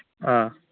ꯑꯥ